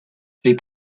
les